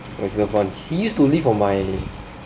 his loved ones he used to live on my